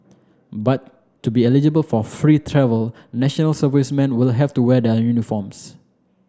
but to be eligible for free travel national servicemen will have to wear their uniforms